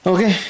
Okay